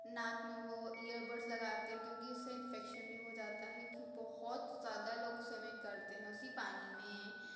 ناک میں وہ ایئر بڈس لگا کر کے کیوں کہ اس سے انفیکشن بھی ہو جاتا ہے کیوں کہ بہت زیادہ لوگ سوویمنگ کرتے ہیں اسی پانی میں